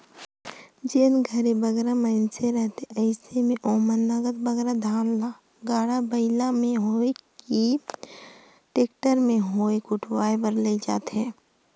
जेन घरे बगरा मइनसे रहथें अइसे में ओमन नगद बगरा धान ल गाड़ा बइला में होए कि टेक्टर में होए कुटवाए बर लेइजथें